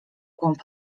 głąb